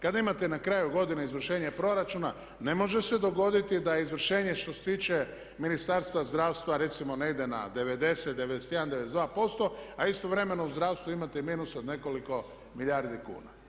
Kada imate na kraju godine izvršenje proračuna ne može se dogoditi da izvršenje što se tiče Ministarstva zdravstva recimo ne ide na 90, 91, 92 posto a istovremeno u zdravstvu imate minus od nekoliko milijardi kuna.